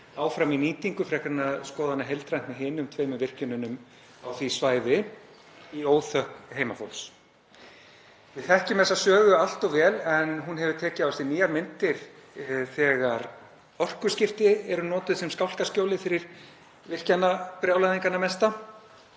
áfram í nýtingu frekar en að skoða hana heildrænt með hinum tveimur virkjununum á því svæði, í óþökk heimafólks. Við þekkjum þessa sögu allt of vel en hún hefur tekið á sig nýjar myndir þegar orkuskipti eru notuð sem skálkaskjólið fyrir mestu virkjunarbrjálæðingana.